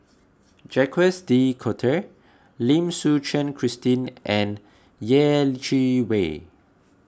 Jacques De Coutre Lim Suchen Christine and Yeh Chi Wei